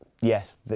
yes